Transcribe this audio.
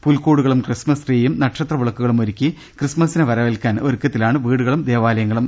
പുൽക്കൂ ടുകളും ക്രിസ്മസ് ട്രീയും നക്ഷത്രവിളക്കുകളും ഒരുക്കി ക്രിസ്മസിനെ വര വേൽക്കാൻ ഒരുക്കത്തിലാണ് വീടുകളും ദേവാലയങ്ങളും